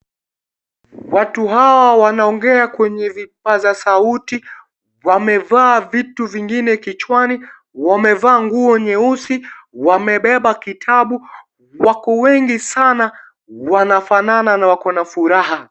Watu hawa wanaongea kwenye vipasa sauti. Wamevaa vitu vingine kichwani. Wamevaa nguo nyeusi. Wamebeba kitabu. Wako wengi sana. Wanafanana na wako na furaha.